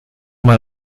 mal